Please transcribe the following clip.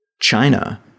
China